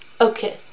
Okay